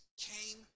came